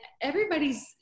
everybody's